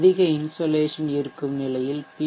அதிக இன்சோலேஷன் இருக்கும் நிலையில் பி